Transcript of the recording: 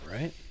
right